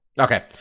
okay